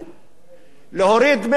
להוריד דמי הבראה בחצי,